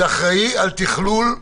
נציג שאחראי על תכלול --- מה?